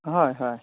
হয় হয়